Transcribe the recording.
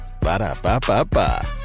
Ba-da-ba-ba-ba